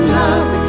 love